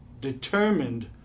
determined